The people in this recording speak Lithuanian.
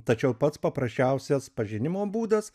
tačiau pats paprasčiausias pažinimo būdas